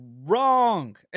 wrong